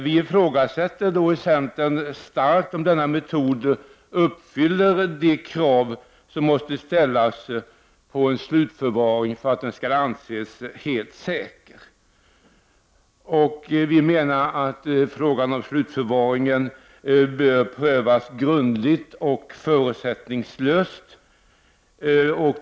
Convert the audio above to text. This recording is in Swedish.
Vi ifrågasätter starkt om denna metod uppfyller de krav som måste ställas på en slutförvaring för att den skall anses helt säker. Frågan om slutförvaringen bör prövas grundligt och förutsättningslöst.